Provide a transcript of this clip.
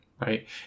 Right